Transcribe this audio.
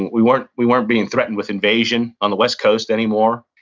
we weren't we weren't being threatened with invasion on the west coast anymore.